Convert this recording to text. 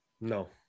No